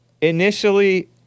initially